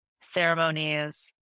ceremonies